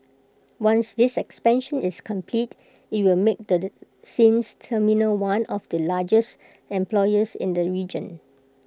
once this expansion is complete IT will make the Sines terminal one of the largest employers in the region